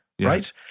right